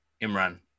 Imran